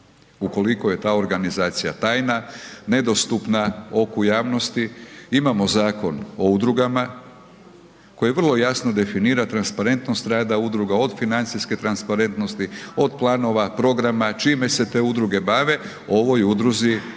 Ukoliko je ta organizacija tajna, nedostupna oku javnosti, imamo Zakon o udrugama, koji vrlo jasno definira transparentnost rada udruga, od financijske transparentnosti, od planova, programa, čime se te udruge bave, o ovoj udruzi, ja